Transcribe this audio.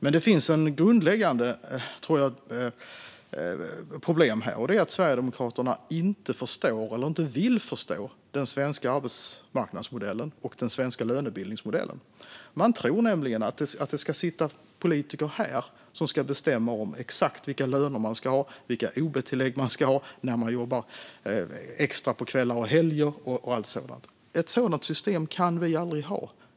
Men det finns ett grundläggande problem här, och det är att Sverigedemokraterna inte förstår eller inte vill förstå den svenska arbetsmarknadsmodellen och den svenska lönebildningsmodellen. Man tror nämligen att det ska sitta politiker här som ska bestämma exakt vilka löner poliser ska ha, vilka ob-tillägg de ska ha när de jobbar extra på kvällar och helger och allt sådant. Ett sådant system kan vi aldrig ha.